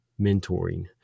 mentoring